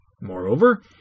Moreover